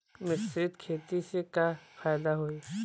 मिश्रित खेती से का फायदा होई?